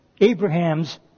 Abraham's